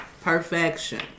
Perfection